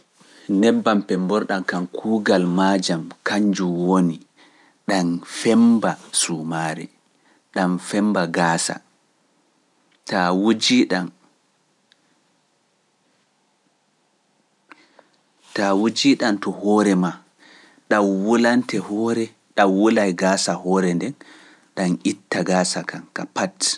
Nebbam pemborɗam kam kuugal maajam kanjum woni, ɗam femmba suumaare, ɗam femmba gaasa, taa wujii ɗam to hoore maa, ɗam wulante hoore, ɗam wulay gaasa hoore nden, ɗam itta gaasa kam ka pat.